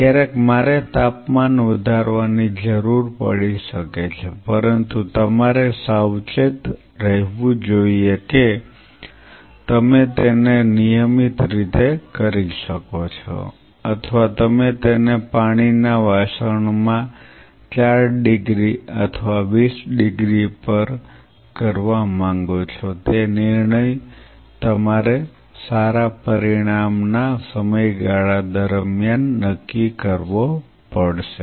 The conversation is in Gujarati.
ક્યારેક મારે તાપમાન વધારવાની જરૂર પડી શકે છે પરંતુ તમારે સાવચેત રહેવું જોઈએ કે તમે તેને નિયમિત રીતે કરી શકો છો અથવા તમે તેને પાણીના વાસણ માં 4 ડિગ્રી અથવા 20 ડિગ્રી પર કરવા માંગો છો તે નિર્ણય તમારે સારા પરિણામ ના સમયગાળા દરમિયાન નક્કી કરવો પડશે